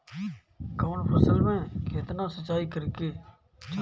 कवन फसल में केतना सिंचाई करेके चाही?